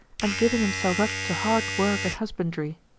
and giving himself up to hard work and husbandry.